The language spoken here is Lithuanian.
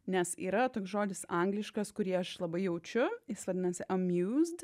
nes yra toks žodis angliškas kurį aš labai jaučiu jis vadinasi amjūzd